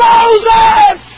Moses